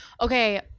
okay